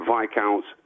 Viscounts